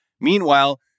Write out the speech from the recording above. Meanwhile